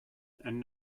and